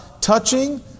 Touching